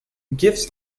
gifts